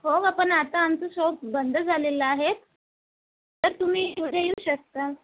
हो का पण आता आमचं शॉप बंद झालेलं आहे तर तुम्ही उद्या येऊ शकता